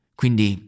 quindi